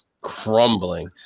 crumbling